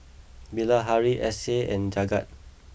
Bilahari Akshay and Jagat